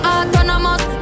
Autonomous